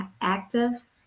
active